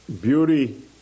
beauty